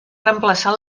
reemplaçar